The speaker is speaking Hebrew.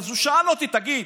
הוא שאל אותי: תגיד,